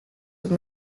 and